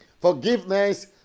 Forgiveness